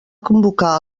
convocar